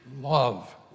love